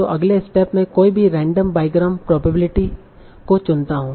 तों अगले स्टेप में कोई भी रैंडम बाईग्राम प्रोबेबिलिटी को चुनता हू